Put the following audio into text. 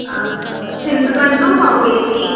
చింతపండు పావుకేజీ